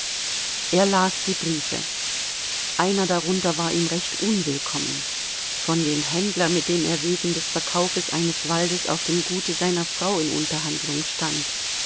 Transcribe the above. er las die briefe einer darunter war ihm recht unwillkommen von dem händler mit dem er wegen des verkaufes eines waldes auf dem gute seiner frau in unterhandlung stand